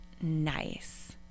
nice